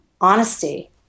honesty